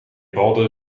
balde